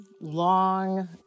long